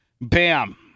Bam